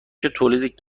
تولید